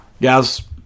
Guys